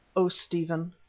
o stephen,